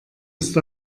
ist